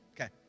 Okay